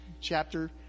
chapter